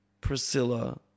Priscilla